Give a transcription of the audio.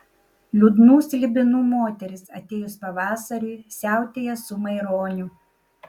liūdnų slibinų moteris atėjus pavasariui siautėja su maironiu